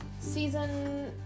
Season